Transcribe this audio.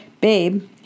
Babe